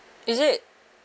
is it